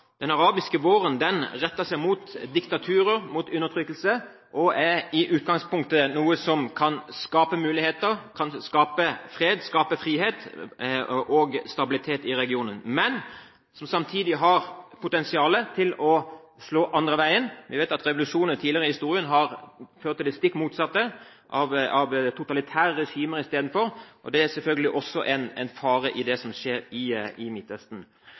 Den arabiske våren retter seg mot diktaturer, mot undertrykkelse, og er i utgangspunktet noe som kan skape muligheter, skape fred og frihet og stabilitet i regionen, men som samtidig har potensial til å slå den andre veien. Vi vet at revolusjoner tidligere i historien har ført til det stikk motsatte, til totalitære regimer istedenfor. Det er selvfølgelig også en fare med det som skjer i Midtøsten. Det har vært en del diskusjon om Israel og den palestinske siden her i